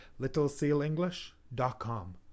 littlesealenglish.com